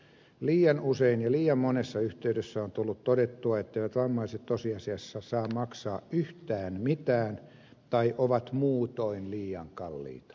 liian usein ja liian monessa yhteydessä on tullut todettua etteivät vammaiset tosiasiassa saa maksaa yhtään mitään tai ovat muutoin liian kalliita